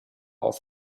auf